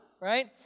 Right